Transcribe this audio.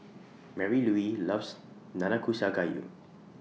Marylouise loves Nanakusa Gayu